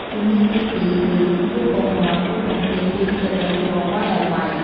ជំហានទីពីរគឺ គោះពងមាន់ឬពងទា ២ ទៅ ៣ គ្រាប់ វ៉ៃឱ្យបែក។